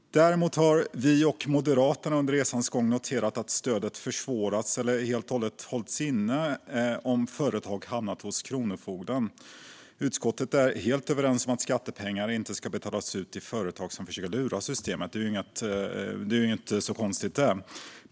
Däremot har vi och Moderaterna under resans gång noterat att stödet har försvårats eller helt och hållet hållits inne om företaget har hamnat hos kronofogden. Utskottet är helt överens om att skattepengar inte ska betalas ut till företag som försöker lura systemet. Det är inte särskilt konstigt.